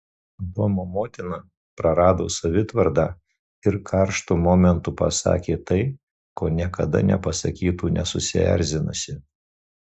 domo motina prarado savitvardą ir karštu momentu pasakė tai ko niekada nepasakytų nesusierzinusi